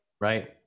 right